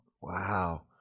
Wow